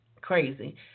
crazy